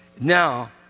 Now